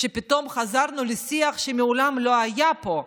פתאום חזרנו לשיח שמעולם לא היה פה: